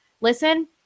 listen